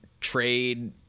trade